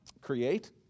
create